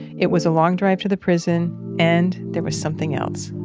it was a long drive to the prison and there was something else